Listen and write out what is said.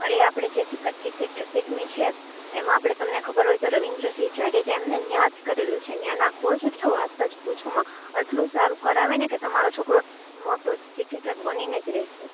અરે આપણે જે એમાં આપણે તમને કબર હોઈ તો રવીન્દ્રસિંહ જાડેજા એમને ય જ કરેલું છે ત્યાં ના કોચ એટલે વાત જ પૂછો માં એટલું સારું કરાવેને કે તમારો છોકરો મોટો ક્રિકેટર બનીને જ રહેેશે